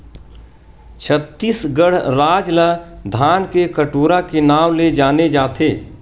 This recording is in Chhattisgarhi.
छत्तीसगढ़ राज ल धान के कटोरा के नांव ले जाने जाथे